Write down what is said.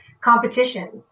competitions